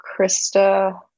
Krista